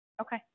okay